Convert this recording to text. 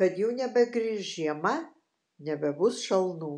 kad jau nebegrįš žiema nebebus šalnų